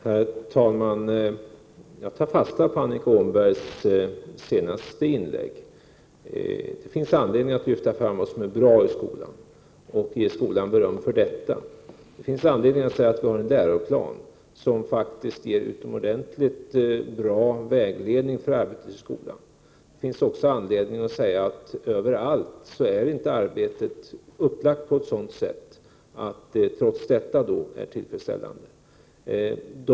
Herr talman! Jag tar fasta på Annika Åhnbergs senaste inlägg. Det finns anledning att lyfta fram vad som är bra i skolan och ge skolan beröm för det. Det finns anledning att säga att vi har en läroplan som faktiskt ger utomordentligt bra vägledning för arbetet i skolan. Det finns också anledning att säga att arbetet inte överallt är upplagt på ett sådant sätt att det, trots detta som jag nu nämnt, är tillfredsställande.